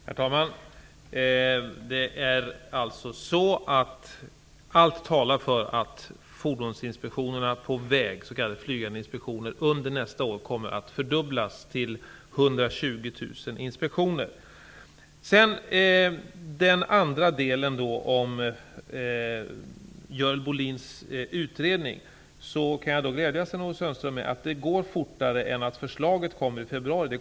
Herr talman! Allt talar för att fordonsinspektionerna på väg, s.k. flygande inspektioner, under nästa år kommer att fördubblas till 120 000. Beträffande Görel Bohlins utredning kan jag glädja Sten-Ove Sundström med att säga att det kommer att gå fortare.